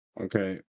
okay